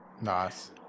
Nice